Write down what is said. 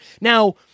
Now